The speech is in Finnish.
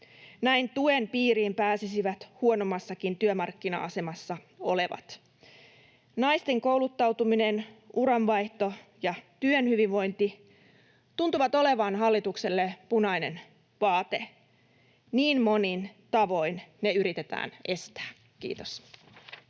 Näin tuen piiriin pääsisivät huonommassakin työmarkkina-asemassa olevat. Naisten kouluttautuminen, uranvaihto ja työhyvinvointi tuntuvat olevan hallitukselle punainen vaate, niin monin tavoin ne yritetään estää. — Kiitos.